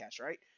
right